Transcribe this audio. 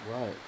Right